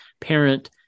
parent